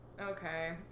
Okay